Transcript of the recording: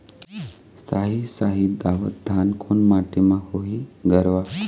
साही शाही दावत धान कोन माटी म होही गरवा?